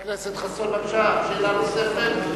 חבר הכנסת חסון, בבקשה, שאלה נוספת.